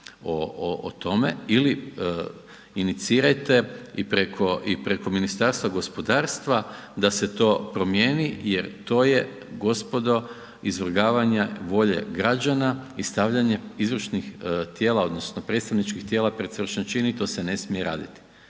o tome ili inicirajte i preko Ministarstva gospodarstva da se to promijeni jer to je gospodo izvrgavanje volje građana i stavljanje izvršnih tijela odnosno predstavničkih tijela pred svršen čin i to se ne smije raditi.